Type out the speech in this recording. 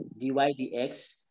DYDX